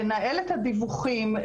לנהל את הדיווחים,